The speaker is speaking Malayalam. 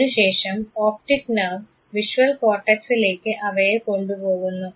അതിനുശേഷം ഒപ്റ്റിക് നെർവ് വിഷ്വൽ കോർട്ടക്സിലേക്ക് അവയെ കൊണ്ടുപോകുന്നു